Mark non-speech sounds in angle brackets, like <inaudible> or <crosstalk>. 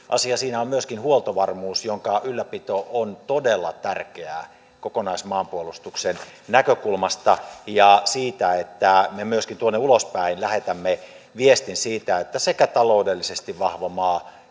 <unintelligible> asia siinä on myöskin huoltovarmuus jonka ylläpito on todella tärkeää kokonaismaanpuolustuksen näkökulmasta ja siitä näkökulmasta että me myöskin tuonne ulospäin lähetämme viestin siitä että tämä on taloudellisesti vahva maa